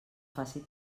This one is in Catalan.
faci